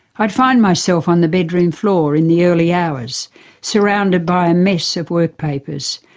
i'd find myself on the bedroom floor in the early hours surrounded by a mess of work papers,